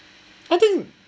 I think